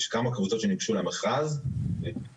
יש כמה קבוצות שניגשו למכרז --- וכמה